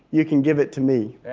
you can give it to me.